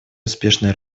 успешной